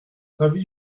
ravi